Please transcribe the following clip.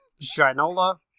Shinola